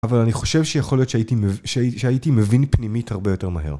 אבל אני חושב שיכול להיות שהייתי מבין פנימית הרבה יותר מהר.